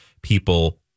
people